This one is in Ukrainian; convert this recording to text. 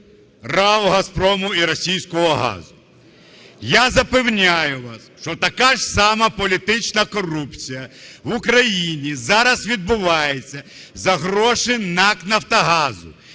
РАО "Газпрому" і російського газу. Я запевняю вас, що така ж сама політична корупція в Україні зараз відбувається за гроші НАК "Нафтогазу",